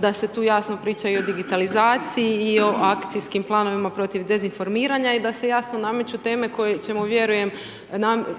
da se tu jasno priča i o digitalizaciji, i o akcijskim planovima protiv dezinformiranja i da se jasno nameću teme koje ćemo vjerujem,